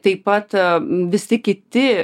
taip pat visi kiti